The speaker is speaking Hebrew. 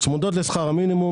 צמודות לשכר המינימום,